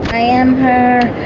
i am her,